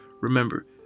Remember